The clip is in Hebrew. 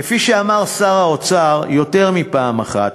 כפי שאמר שר האוצר יותר מפעם אחת,